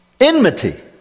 enmity